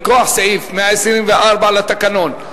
מכוח סעיף 124 לתקנון.